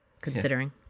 considering